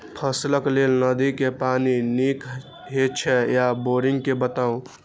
फसलक लेल नदी के पानी नीक हे छै या बोरिंग के बताऊ?